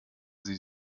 sie